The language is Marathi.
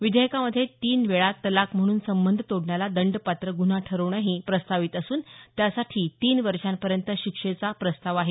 विधेयकामध्ये तीन वेळा तलाक म्हणून संबंध तोडण्याला दंडपात्र गुन्हा ठरवणेही प्रस्तावित असून त्यासाठी तीन वर्षांपर्यंत शिक्षेचा प्रस्ताव आहे